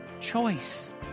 choice